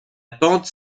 pente